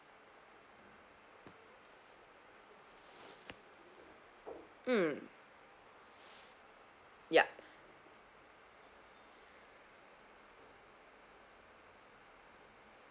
mm ya